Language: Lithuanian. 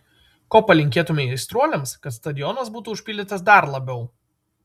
ko palinkėtumei aistruoliams kad stadionas būtų užpildytas dar labiau